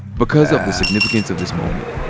because of the significance of this moment,